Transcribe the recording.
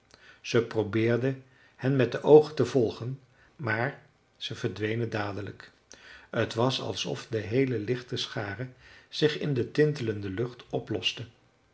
ze probeerde hen met de oogen te volgen maar ze verdwenen dadelijk t was alsof de heele lichte schare zich in de tintelende